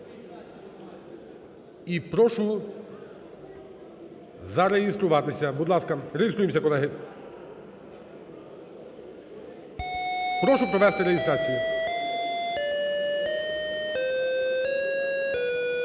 І прошу зареєструватись. Будь ласка, реєструємось, колеги. Прошу провести реєстрацію.